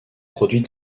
produit